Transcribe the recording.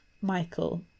Michael